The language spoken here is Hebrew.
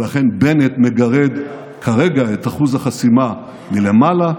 ולכן בנט מגרד כרגע את אחוז החסימה מלמעלה,